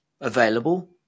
available